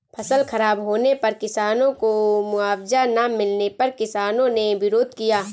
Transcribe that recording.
फसल खराब होने पर किसानों को मुआवजा ना मिलने पर किसानों ने विरोध किया